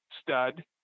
stud